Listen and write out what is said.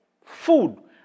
food